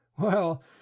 Well